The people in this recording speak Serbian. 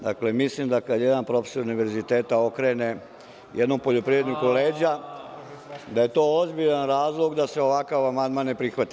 Dakle, mislim, kada jedan profesor na univerzitetu okrene jednom poljoprivredniku leđa, da je to ozbiljan razlog da se ovakav amandman ne prihvati.